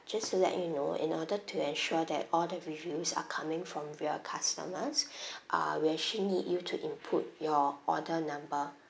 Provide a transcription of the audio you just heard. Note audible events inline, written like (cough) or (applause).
just to let you know in order to ensure that all the reviews are coming from real customers (breath) uh we actually need you to input your order number